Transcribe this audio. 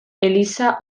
eliza